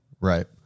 Right